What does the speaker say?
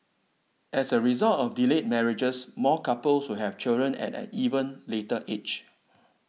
as a result of delayed marriages more couples will have children at an even later age